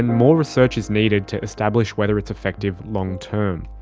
more research is needed to establish whether it's effective long term.